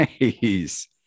nice